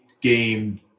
game –